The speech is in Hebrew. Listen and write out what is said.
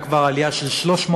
הייתה כבר עלייה של 300%